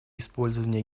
использования